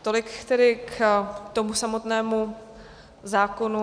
Tolik tedy k tomu samotnému zákonu.